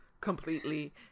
completely